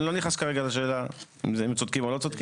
אני לא נכנס כרגע לשאלה האם הם צודקים או לא צודקים,